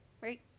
right